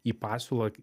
į pasiūlą